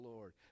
Lord